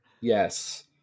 Yes